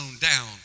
down